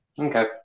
Okay